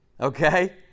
Okay